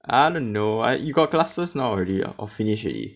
I want to know ah you got classes now already ah or finish already